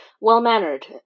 well-mannered